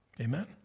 Amen